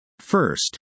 First